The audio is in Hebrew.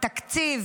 תקציב,